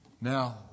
Now